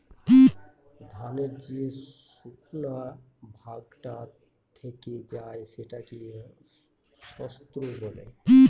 ধানের যে শুকনা ভাগটা থেকে যায় সেটাকে স্ত্র বলে